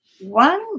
One